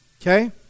okay